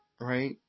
Right